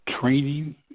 training